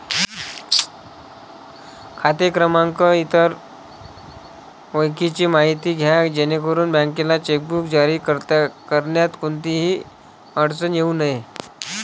खाते क्रमांक, इतर ओळखीची माहिती द्या जेणेकरून बँकेला चेकबुक जारी करण्यात कोणतीही अडचण येऊ नये